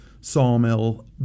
sawmill